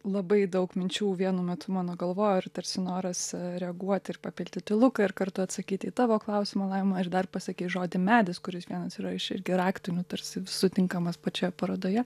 labai daug minčių vienu metu mano galvoj ir tarsi noras reaguot ir papildyti luką ir kartu atsakyti į tavo klausimą laima ir dar pasakei žodį medis kuris vienas yra iš irgi raktinių tarsi sutinkamas pačioje parodoje